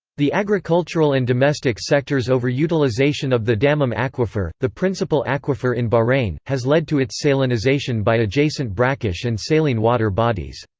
the agricultural and domestic sectors' over-utilisation of the dammam aquifer, the principal aquifer in bahrain, has led to its salinisation by adjacent brackish and saline water bodies.